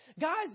Guys